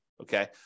Okay